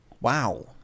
Wow